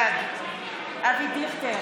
בעד אבי דיכטר,